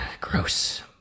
gross